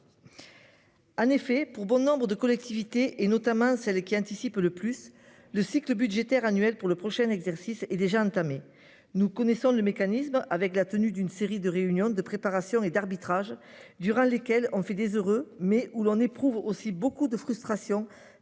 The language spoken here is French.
En effet, pour bon nombres de collectivités et notamment celles qui anticipent le plus le cycle budgétaire annuelle pour le prochain exercice est déjà entamée, nous connaissons le mécanisme avec la tenue d'une série de réunions de préparation et d'arbitrage durant lesquelles on fait des heureux, mais où l'on éprouve aussi beaucoup de frustration